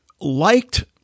liked